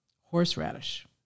horseradish